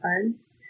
funds